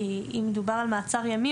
כי אם מדובר על מעצר ימים,